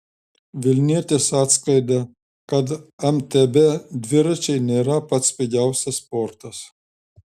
vilnietis atskleidė kad mtb dviračiai nėra pats pigiausias sportas